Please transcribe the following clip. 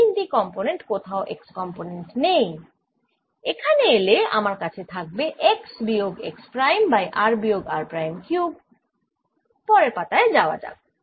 এই তিন টি কম্পোনেন্টে কোথাও x কম্পোনেন্ট নেই এখানে এলে আমার কাছে থাকবে x বিয়োগ x প্রাইম বাই r বিয়োগ r প্রাইম কিউব পরের পাতায় যাওয়া যাক